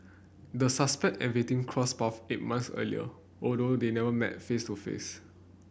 the suspect and victim crossed path eight months earlier although they never met face to face